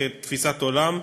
כתפיסת עולם.